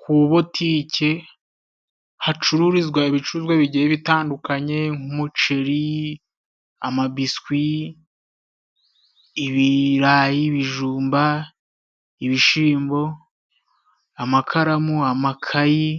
Ku butike hacururizwa ibicuruzwa bigiye bitandukanye, nk'umuceri, amabiswi, ibirayi, ibijumba, ibishimbo, amakaramu, amakayi,